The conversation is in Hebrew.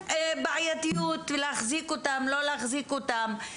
בעייתיות של להחזיק אותם או לא להחזיק אותם.